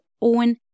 own